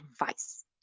advice